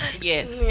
Yes